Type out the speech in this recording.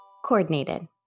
Coordinated